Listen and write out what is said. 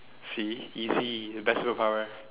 see easy best superpower